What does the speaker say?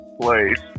place